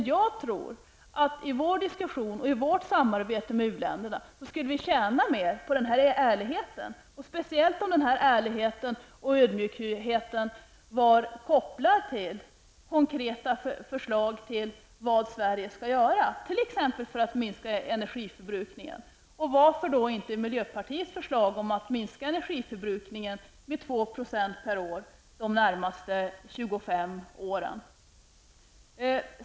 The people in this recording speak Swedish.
Jag tror att vi i våra diskussioner och i vårt samarbete med uländerna skulle tjäna på vår ärlighet, speciellt om denna ärlighet och ödmjukhet kopplades till konkreta förslag om vad Sverige skall göra för att t.ex. minska energiförbrukningen. Varför då inte presentera miljöpartiets förslag om att minska energiförbrukningen med 2 % per år de närmaste 25 åren?